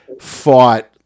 fought